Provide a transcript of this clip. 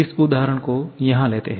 इस उदाहरण को यहाँ लेते हैं